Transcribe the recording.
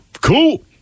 cool